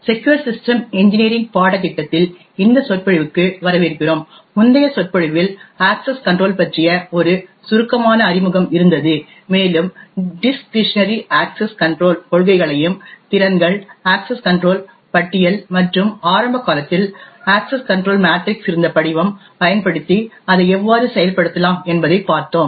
secure system engineering பாடத்திட்டத்தில் இந்த சொற்பொழிவுக்கு வரவேற்கிறோம் முந்தைய சொற்பொழிவில் அக்சஸ் கன்ட்ரோல் பற்றிய ஒரு சுருக்கமான அறிமுகம் இருந்தது மேலும் டிஸ்க்ரிஷனரி அக்சஸ் கன்ட்ரோல் கொள்கைகளையும் திறன்கள் அக்சஸ் கன்ட்ரோல் பட்டியல் மற்றும் ஆரம்பகாலத்தில் அக்சஸ் கன்ட்ரோல் மேட்ரிக்ஸ் இருந்த படிவம் பயன்படுத்தி அதை எவ்வாறு செயல்படுத்தலாம் என்பதைப் பார்த்தோம்